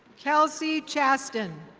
kelsey chastin.